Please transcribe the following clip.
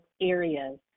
areas